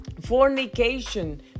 Fornication